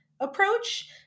approach